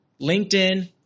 LinkedIn